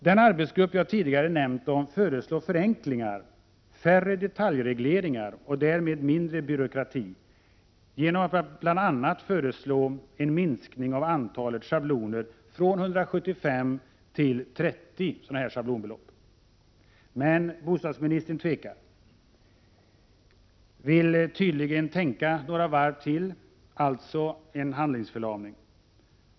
Den arbetsgrupp jag tidigare nämnt föreslår förenklingar, färre detaljregleringar och därmed mindre byråkrati, genom att bl.a. föreslå en minskning av antalet schablonbelopp från 175 till ca 30. Men bostadsministern tvekar och vill tydligen tänka några varv till. Alltså — handlingsförlamning.